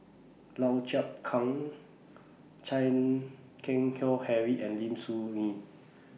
Lau Chiap Khai Chan Keng Howe Harry and Lim Soo Ngee